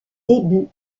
début